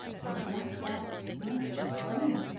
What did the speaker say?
for the black bat, night, hath flown,